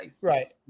Right